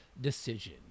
decision